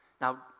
Now